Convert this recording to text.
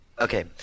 okay